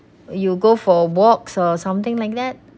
you go for walks or something like that